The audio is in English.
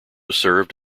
served